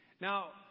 Now